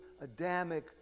Adamic